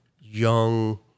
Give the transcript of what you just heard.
young